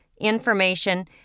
information